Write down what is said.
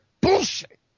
Bullshit